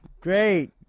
Great